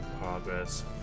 progress